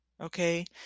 Okay